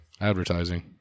advertising